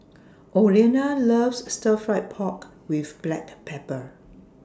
Olena loves Stir Fry Pork with Black Pepper